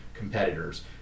Competitors